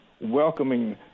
welcoming